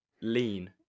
lean